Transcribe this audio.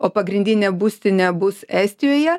o pagrindinė būstinė bus estijoje